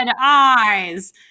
eyes